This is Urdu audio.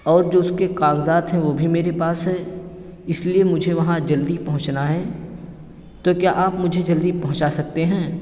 اور جو اس کے کاغذات ہیں وہ بھی میرے پاس ہے اس لیے مجھے وہاں جلدی پہنچنا ہیں تو کیا آپ مجھے جلدی پہنچا سکتے ہیں